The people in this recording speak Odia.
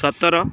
ସତର